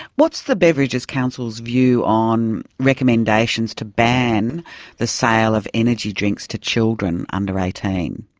what's the beverages council's view on recommendations to ban the sale of energy drinks to children under eighteen?